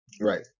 Right